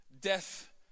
death